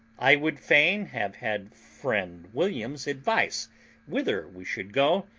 i would fain have had friend william's advice whither we should go,